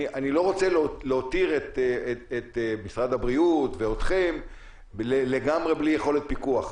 אני לא רוצה להותיר את משרד הבריאות ואתכם לגמרי בלי יכולת פיקוח.